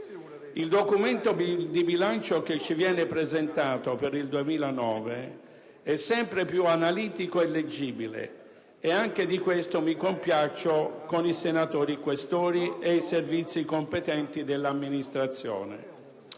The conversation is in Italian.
Il documento di bilancio che ci viene presentato per il 2009 è sempre più analitico e leggibile, e anche di questo mi compiaccio con i senatori Questori e con i Servizi competenti dell'Amministrazione.